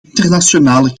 internationale